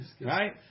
Right